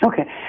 Okay